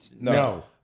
No